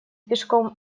пешком